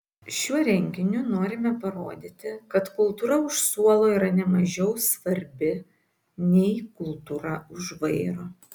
šiuo renginiu norime parodyti kad kultūra už suolo yra ne mažiau svarbi nei kultūra už vairo